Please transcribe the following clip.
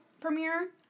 premiere